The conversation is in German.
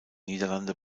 niederlande